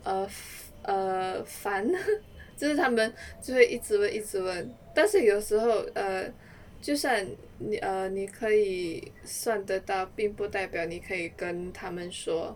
err err 烦就是他们就会一直问一直问但是有时候 err 就算你 err 你可以算得到并不代表你可以跟他们说